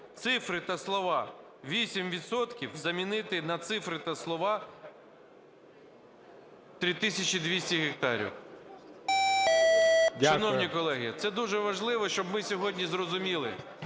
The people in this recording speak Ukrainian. цифри та слова "8 відсотків" замінити на цифри та слова "3200 гектарів". Шановні колеги, це дуже важливо, щоб ми сьогодні зрозуміли,